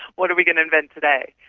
what are we going to invent today?